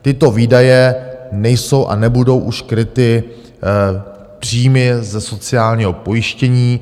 Tyto výdaje nejsou a nebudou už kryty příjmy ze sociálního pojištění.